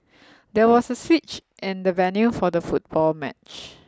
there was a switch in the venue for the football match